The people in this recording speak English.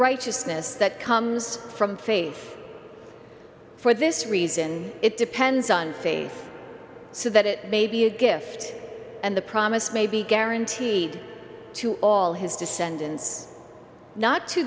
righteousness that comes from faith for this reason it depends on faith so that it may be a gift and the promise may be guaranteed to all his descendants not to